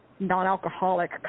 non-alcoholic